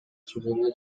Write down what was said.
чыныгы